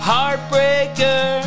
heartbreaker